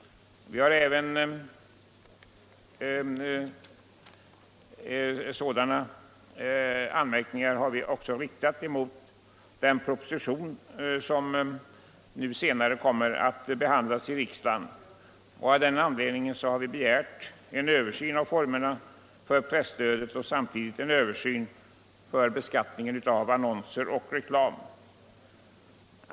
Sådana anmärkningar har vi också riktat mot den proposition som senare kommer att behandlas i riksdagen, och av den anledningen har vi begärt en översyn av formerna för presstödet och samtidigt en översyn av beskattningen av annonser och reklam.